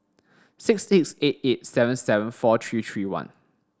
six six eight eight seven seven four three three one